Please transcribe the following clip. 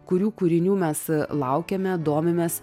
kurių kūrinių mes laukiame domimės